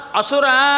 asura